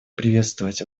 приветствовать